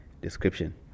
description